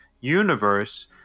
universe